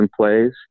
plays